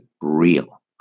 real